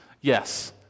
Yes